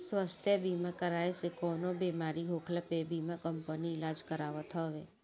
स्वास्थ्य बीमा कराए से कवनो बेमारी होखला पे बीमा कंपनी इलाज करावत हवे